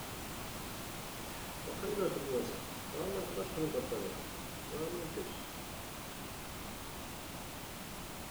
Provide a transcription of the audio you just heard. وا خلينا نخدمو اصاحبي راه منقدرش نخدم بهاد الطريقة راه ميمكنش